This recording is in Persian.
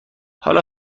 حالا